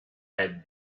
had